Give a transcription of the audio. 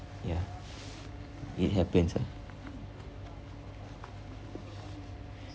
ya it happens lah